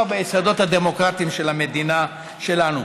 ביסודות הדמוקרטיים של המדינה שלנו.